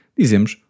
dizemos